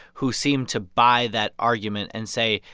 who seemed to buy that argument and say,